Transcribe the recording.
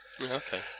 Okay